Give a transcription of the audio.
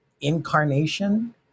incarnation